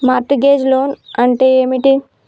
Mart gauge loan అంటే ఏమిటి?